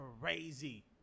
crazy